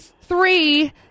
three